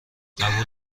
قبول